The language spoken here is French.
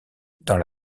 dans